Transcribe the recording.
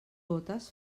gotes